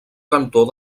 cantor